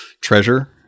treasure